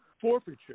forfeiture